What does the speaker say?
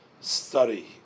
study